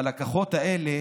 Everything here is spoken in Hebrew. אבל הכוחות האלה,